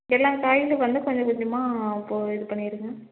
எல்லா காய்லேயும் வந்து கொஞ்சம் கொஞ்சமாக இது பண்ணிடுங்க